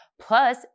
Plus